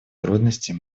трудностей